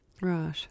Right